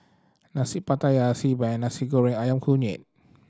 Nasi Pattaya Xi Ban Nasi Goreng Ayam Kunyit